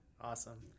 Awesome